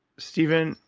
steven,